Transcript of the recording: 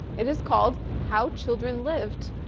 it is called how children lived.